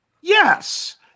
Yes